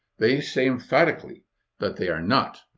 they say emphatically that they are not.